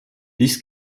dies